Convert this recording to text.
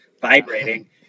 vibrating